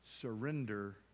surrender